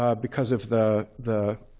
um because of the the